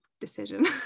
decision